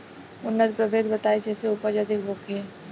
उन्नत प्रभेद बताई जेसे उपज अधिक होखे?